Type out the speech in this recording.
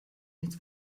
nichts